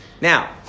Now